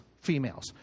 females